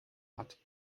hat